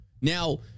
Now